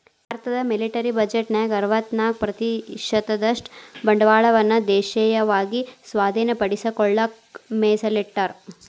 ಭಾರತದ ಮಿಲಿಟರಿ ಬಜೆಟ್ನ್ಯಾಗ ಅರವತ್ತ್ನಾಕ ಪ್ರತಿಶತದಷ್ಟ ಬಂಡವಾಳವನ್ನ ದೇಶೇಯವಾಗಿ ಸ್ವಾಧೇನಪಡಿಸಿಕೊಳ್ಳಕ ಮೇಸಲಿಟ್ಟರ